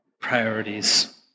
priorities